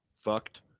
fucked